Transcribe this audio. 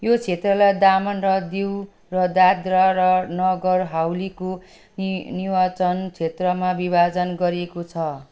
यो क्षेत्रलाई दामन र दिव र दादरा र नगर हवेलीको नि निर्वाचन क्षेत्रमा विभाजन गरिएको छ